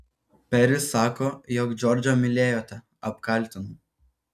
peris sako jog džordžą mylėjote apkaltinau